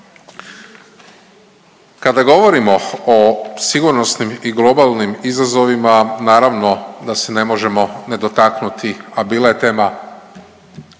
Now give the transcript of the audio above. Kada govorimo o sigurnosnim i globalnim izazovima naravno da se ne možemo ne dotaknuti, a bila je tema